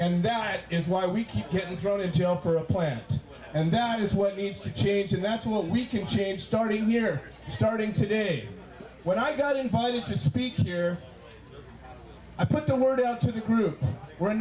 and that is why we keep getting thrown in jail for a plan and that is what needs to change and that's what we can change starting here starting today when i got invited to speak here i put the word out to the group were